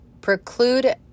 preclude